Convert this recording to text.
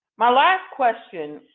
my last question,